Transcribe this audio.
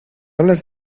alas